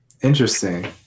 Interesting